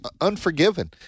unforgiven